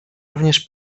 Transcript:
również